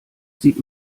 sieht